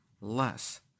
less